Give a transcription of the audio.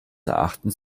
erachtens